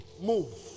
move